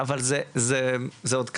אבל זה עוד קטן.